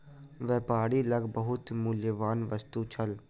व्यापारी लग बहुत मूल्यवान वस्तु छल